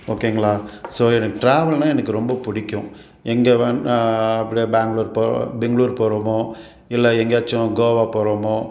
ஓகேங்களா ஸோ எனக்கு ட்ராவல்னால் எனக்கு ரொம்ப பிடிக்கும் எங்கே வேணால் அப்படியே பேங்களூர் போ பெங்களூர் போகிறோமோ இல்லை எங்கையாச்சும் கோவா போகிறோமோ